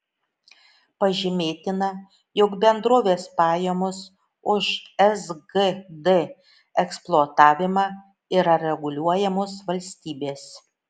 pažymėtina jog bendrovės pajamos už sgd eksploatavimą yra reguliuojamos valstybės